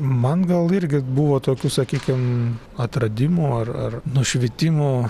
man gal irgi buvo tokių sakykim atradimų ar ar nušvitimų